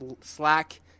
Slack